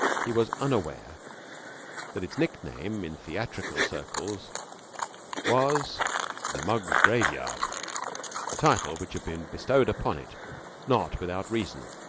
he was unaware that its nickname in theatrical circles was the mugs' graveyard a title which had been bestowed upon it not without reason.